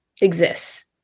exists